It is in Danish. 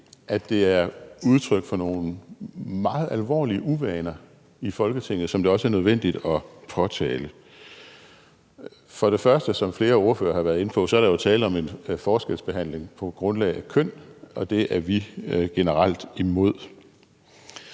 det er udtryk for nogle meget alvorlige uvaner i Folketinget, som det også er nødvendigt at påtale. For det første er der, som flere ordførere har været inde på, tale om en forskelsbehandling på grundlag af køn, og det er vi generelt imod.